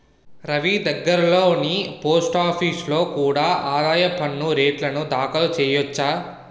రవీ దగ్గర్లోని పోస్టాఫీసులో కూడా ఆదాయ పన్ను రేటర్న్లు దాఖలు చెయ్యొచ్చు